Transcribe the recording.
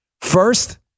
First